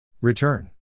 Return